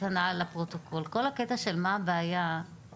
מה הבעיה לפרסם אותם לאחר שכתבתם אותם?